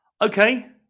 Okay